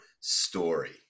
story